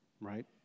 right